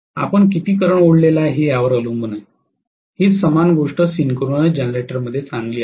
आपण किती करंट ओढलेला आहे हे यावर अवलंबून आहे हिचं समान गोष्ट सिंक्रोनस जनरेटरमध्ये चांगली आहे